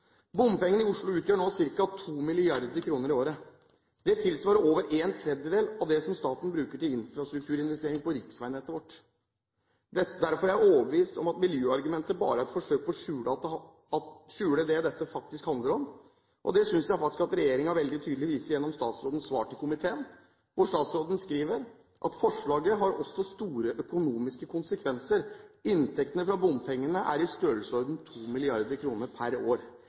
Bompengene i Oslo utgjør nå ca. 2 mrd. kr i året. Det tilsvarer over en tredjedel av det staten bruker til infrastrukturinvesteringer på riksveinettet vårt. Derfor er jeg overbevist om at miljøargumentet bare er et forsøk på å skjule det dette faktisk handler om. Det synes jeg at regjeringen veldig tydelig viser gjennom statsrådens svar til komiteen, hvor statsråden skriver: «Forslaget har også store økonomiske konsekvenser. Inntektene fra bompengeringen er i størrelsesorden 2 mrd. kr per år.»